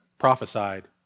Prophesied